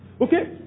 Okay